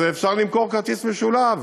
אז אפשר לתקוף כרטיס משולב